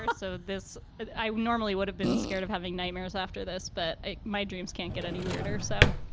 um so this i normally would have been scared of having nightmares after this, but my dreams can't get any weirder. so